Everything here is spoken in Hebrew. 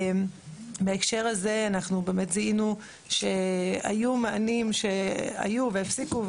בהקשר הזה אנחנו באמת זיהינו שהיו מענים שהיו והפסיקו,